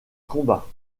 combat